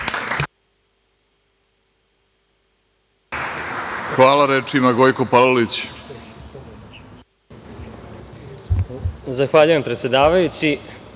Hvala. Reč ima Gojko Palalić.